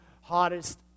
Hottest